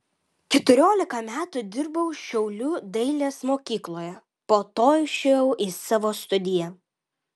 keturiolika metų dirbau šiaulių dailės mokykloje po to išėjau į savo studiją